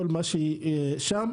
כל מה שיש שם.